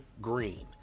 Green